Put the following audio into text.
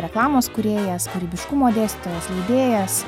reklamos kūrėjas kūrybiškumo dėstytojas leidėjas